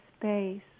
space